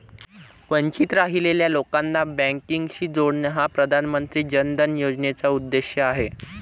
वंचित राहिलेल्या लोकांना बँकिंगशी जोडणे हा प्रधानमंत्री जन धन योजनेचा उद्देश आहे